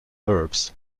herbs